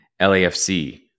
LAFC